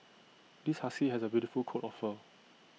this husky has A beautiful coat of fur